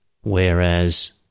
whereas